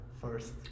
first